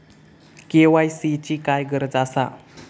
KYC ची काय गरज आसा?